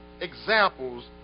examples